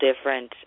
different